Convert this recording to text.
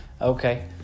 Okay